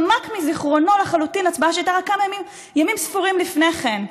חמקה מזיכרונו לחלוטין הצבעה שהייתה רק כמה ימים ספורים לפני כן,